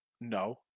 no